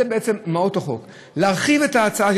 זאת בעצם מהות החוק, להרחיב את ההצעה.